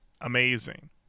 Amazing